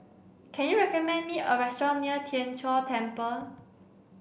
can you recommend me a restaurant near Tien Chor Temple